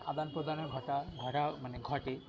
আদান প্রদানের ঘটা ঘটা মানে ঘটে